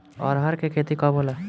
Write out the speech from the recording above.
अरहर के खेती कब होला?